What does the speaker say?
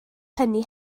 hynny